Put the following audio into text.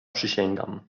przysięgam